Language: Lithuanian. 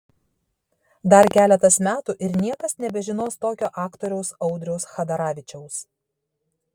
dar keletas metų ir niekas nebežinos tokio aktoriaus audriaus chadaravičiaus